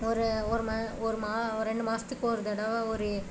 ஒரு ஒரு ம ஒரு மா ஒரு ரெண்டு மாதத்துக்கு ஒரு தடவை ஒரு